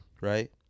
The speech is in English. Right